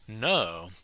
no